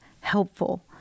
helpful